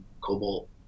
Cobalt